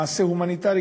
מעשה הומניטרי,